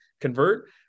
convert